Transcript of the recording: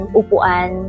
upuan